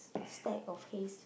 stack of hays